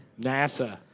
NASA